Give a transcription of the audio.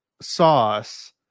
sauce